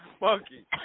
monkey